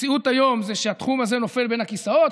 המציאות היום היא שהתחום הזה נופל בין הכיסאות,